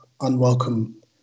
unwelcome